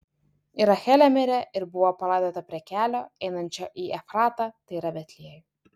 ir rachelė mirė ir buvo palaidota prie kelio einančio į efratą tai yra betliejų